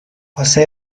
واسه